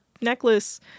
necklace